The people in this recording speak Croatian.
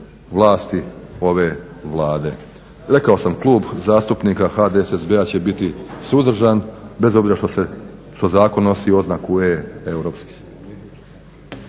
vlasti ove Vlade. Rekao sam Klub zastupnika HDSSB-a će biti suzdržan, bez obzira što zakon nosi oznaku E-europski.